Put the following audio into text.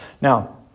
Now